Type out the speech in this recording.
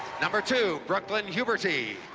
number two brooklyn huberty.